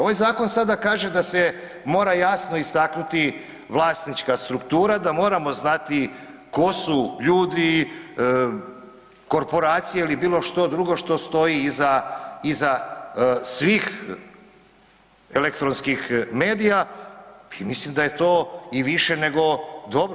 Ovaj zakon sada kaže da se mora jasno istaknuti vlasnička struktura, da moramo znati tko su ljudi, korporacije ili bilo što drugo što stoji iza svih elektronskih medija i mislim da je to i više nego dobro.